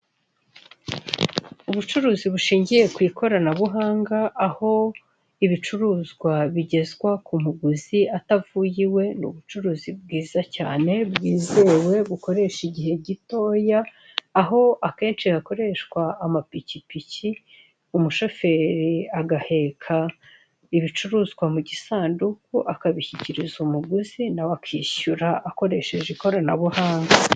Ubucuruzi bushingiye ku ikoranabuhanga aho ibicuruzwa bigezwa ku muguzi atavuye iwe ni ubucuruzi bwiza cyane bwizewe bukoresha igihe gitoya aho akenshi hakoreshwa amapikipiki umushoferi agaheka ibicuruzwa mu gisanduku akabishikiriza umuguzi nawe akishyura akoresheje ikoranabuhanga.